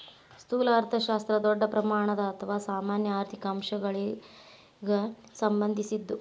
ಸ್ಥೂಲ ಅರ್ಥಶಾಸ್ತ್ರ ದೊಡ್ಡ ಪ್ರಮಾಣದ ಅಥವಾ ಸಾಮಾನ್ಯ ಆರ್ಥಿಕ ಅಂಶಗಳಿಗ ಸಂಬಂಧಿಸಿದ್ದು